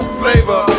flavor